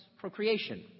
procreation